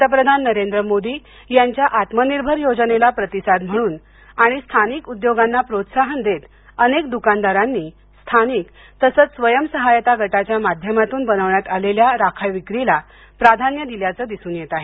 पंतप्रधान नरेंद्र मोदी यांच्या आत्मनिर्भर योजनेला प्रतिसाद म्हणून आणि स्थानिक उद्योगांना प्रोत्साहन देत अनेक दुकानदारांनी स्थानिक तसंच स्वयं सहायता गटाच्या माध्यमातून बनवण्यात आलेल्या राख्याविक्रीला प्राधान्य दिल्याचं दिसून येत आहे